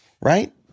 right